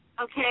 Okay